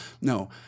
No